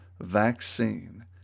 vaccine